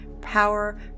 power